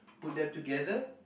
put them together